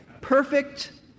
perfect